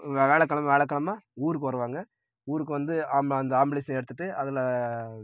வியாழக்கிழம வியாழக்கிழம ஊருக்கு வருவாங்கள் ஊருக்கு வந்து ஆம் அந்த ஆம்புலன்ஸை எடுத்துட்டு அதில்